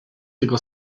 jego